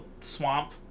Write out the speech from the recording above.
swamp